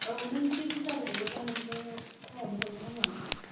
औ जुदि नों बुरजा लायोबा नोंनो खमावनो हरगोन आङो